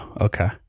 Okay